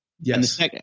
Yes